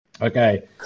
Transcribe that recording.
Okay